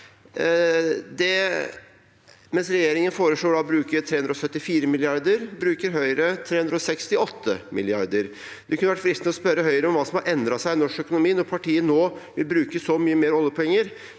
Mens regjeringen foreslår å bruke 374 mrd. kr, vil Høyre bruke 368 mrd. kr. Det kunne vært fristende å spørre Høyre om hva som har endret seg i norsk økonomi, når partiet nå vil bruke så mye mer oljepenger,